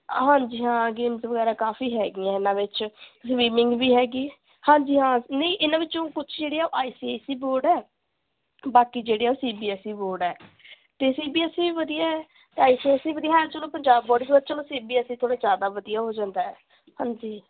ਹਾਂਜੀ ਹਾਂ ਗੇਮਜ਼ ਵਗੈਰਾ ਕਾਫ਼ੀ ਹੈਗੀਆਂ ਇਹਨਾਂ ਵਿੱਚ ਸਵਿਮਿੰਗ ਵੀ ਹੈਗੀ ਹਾਂਜੀ ਹਾਂ ਨਹੀਂ ਇਹਨਾਂ ਵਿੱਚੋਂ ਕੁਛ ਜਿਹੜੇ ਆ I C I C board ਹੈ ਬਾਕੀ ਜਿਹੜੇ ਆ ਉਹ C B S E board ਹੈ ਅਤੇ ਸੀ ਬੀ ਐੱਸ ਈ ਵੀ ਵਧੀਆ ਹੈ ਅਤੇ ਆਈ ਸੀ ਐੱਸ ਸੀ ਵੀ ਵਧੀਆ ਹੈ ਚਲੋ ਪੰਜਾਬ ਬੋਰਡ ਵੀ ਚਲੋ ਸੀ ਬੀ ਐੱਸ ਈ ਥੋੜ੍ਹਾ ਜ਼ਿਆਦਾ ਵਧੀਆ ਹੋ ਜਾਂਦਾ ਹੈ ਹਾਂਜੀ